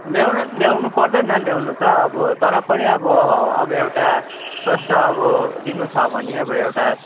ल्याउन त ल्याउनु पर्दैन ल्याउन त अब तर पनि अब एउटा स्वास्थ्य अब दिनु छ भने अब एउटा